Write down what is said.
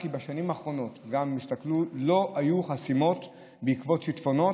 כי בשנים האחרונות לא היו חסימות בעקבות שיטפונות,